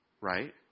right